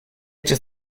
эти